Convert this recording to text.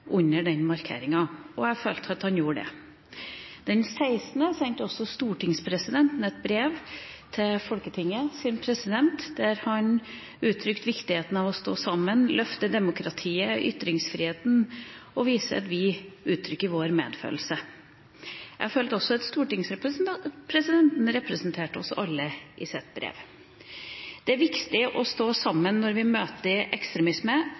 og jeg følte at han gjorde det. Den 16. februar sendte også stortingspresidenten et brev til Folketingets president der han uttrykte viktigheten av å stå sammen, av å løfte demokratiet og ytringsfriheten, og vise at vi uttrykker vår medfølelse. Jeg følte også at stortingspresidenten representerte oss alle i sitt brev. Det er viktig å stå sammen når vi møter ekstremisme.